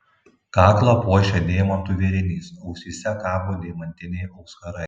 kaklą puošia deimantų vėrinys ausyse kabo deimantiniai auskarai